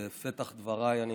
בפתח דבריי אני